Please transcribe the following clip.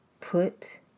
put